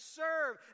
serve